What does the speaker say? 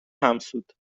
همسود